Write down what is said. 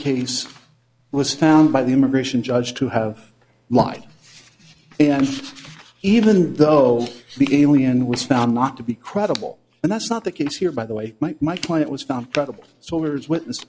case was found by the immigration judge to have lied and even though the alien was found not to be credible and that's not the case here by the way my client was found credible soldiers witness